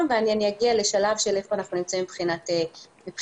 ואני אגיע לשלב של היכן אנחנו נמצאים מבחינת ענישה.